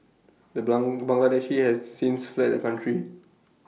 the bang Bangladeshi has since fled the country